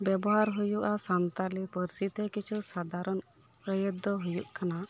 ᱵᱮᱵᱚᱦᱟᱨ ᱦᱩᱭᱩᱜᱼᱟ ᱥᱟᱱᱛᱟᱞᱤ ᱯᱟᱹᱨᱥᱤ ᱛᱮ ᱠᱤᱪᱷᱩ ᱥᱟᱫᱷᱟᱨᱚᱱ ᱟᱹᱭᱟᱹᱛ ᱫᱚ ᱦᱩᱭᱩᱜ ᱠᱟᱱᱟ